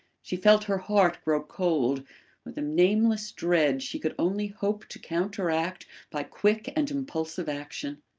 she felt her heart grow cold with a nameless dread she could only hope to counteract by quick and impulsive action.